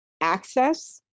access